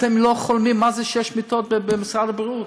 אתם לא חולמים מה זה שש מיטות במשרד הבריאות.